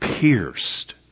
pierced